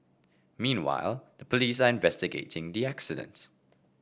meanwhile the police are investigating the accident